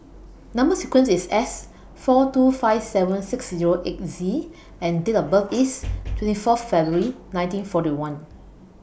Number sequence IS S four two five seven six Zero eight Z and Date of birth IS twenty four February nineteen forty one